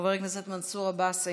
חבר הכנסת מנסור עבאס,